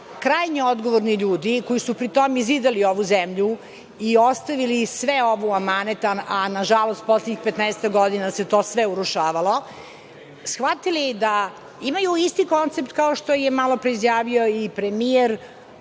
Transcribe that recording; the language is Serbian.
krajnje odgovorni ljudi koji su pritom i zidali ovu zemlju i ostavili sve ovo u amanet, a nažalost u poslednjih 15-ak godina se to sve urušavalo, shvatili da imaju isti koncept kao što je malopre izjavio i premijer,